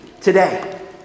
today